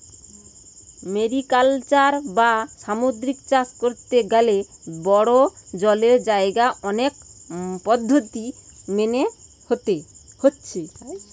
mariculture বা সামুদ্রিক চাষ কোরতে গ্যালে বড়ো জলের জাগায় অনেক পদ্ধোতি মেনে হচ্ছে